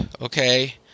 okay